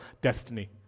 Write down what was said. destiny